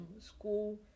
school